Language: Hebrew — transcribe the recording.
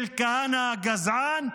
של כהנא הגזען,